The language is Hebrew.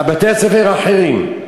ובתי-ספר אחרים,